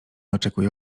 oczekuje